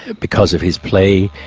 because of his plea,